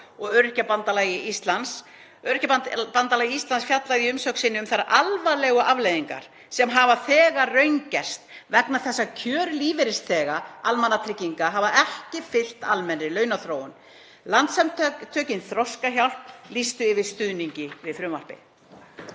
og Öryrkjabandalagi Íslands. Öryrkjabandalag Íslands fjallar í umsögn sinni um þær alvarlegu afleiðingar sem hafa þegar raungerst vegna þess að kjör lífeyrisþega almannatrygginga hafa ekki fylgt almennri launaþróun. Landssamtökin Þroskahjálp lýstu yfir stuðningi við frumvarpið.